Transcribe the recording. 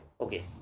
Okay